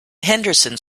henderson